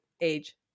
age